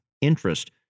interest